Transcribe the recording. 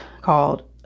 called